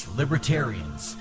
libertarians